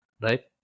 right